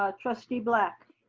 ah trustee black.